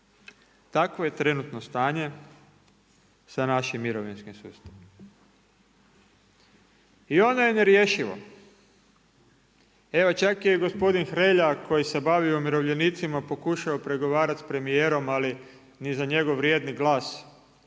Takvo je trenutno stanje sa našim mirovinskim sustavom. I ono je nerješivo. Evo čak je i gospodin Hrelja koji se bavio umirovljenicima pokušao pregovarati sa premijerom, ali ni za njegov vrijedni glas,